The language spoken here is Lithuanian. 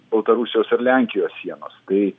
baltarusijos ir lenkijos sienos tai